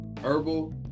herbal